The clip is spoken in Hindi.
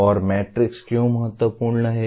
और मैट्रिक्स क्यों महत्वपूर्ण है